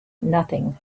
nothing